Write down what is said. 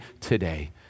today